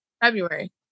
February